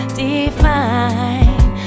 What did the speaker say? define